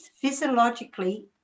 physiologically